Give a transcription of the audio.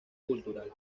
cultural